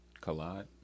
Collide